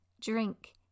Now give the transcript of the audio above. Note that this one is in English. Drink